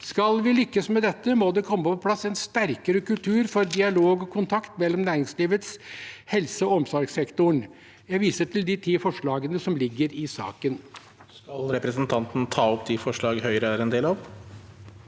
Skal vi lykkes med dette, må det komme på plass en sterkere kultur for dialog og kontakt mellom næringslivet og helse- og omsorgssektoren. Jeg viser til de ti forslagene som ligger i saken.